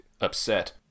upset